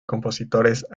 compositores